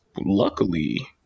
luckily –